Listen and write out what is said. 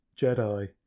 Jedi